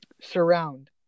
surround